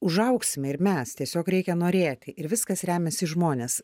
užaugsime ir mes tiesiog reikia norėti ir viskas remiasi į žmones